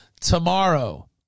Tomorrow